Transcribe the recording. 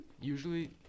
usually